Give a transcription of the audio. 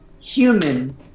human